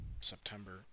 September